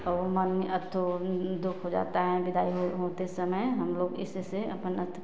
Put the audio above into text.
मन में दुख हो जाता है विदाई हो होते समय हमलोग किसी से अपनत